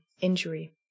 injury